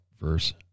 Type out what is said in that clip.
verse